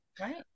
Right